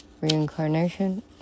Reincarnation